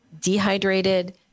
dehydrated